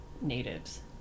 natives